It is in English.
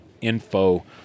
info